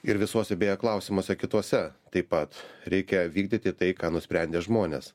ir visuose beje klausimuose kituose taip pat reikia vykdyti tai ką nusprendė žmonės